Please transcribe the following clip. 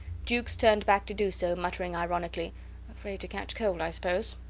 jukes turned back to do so, muttering ironically afraid to catch cold, i suppose.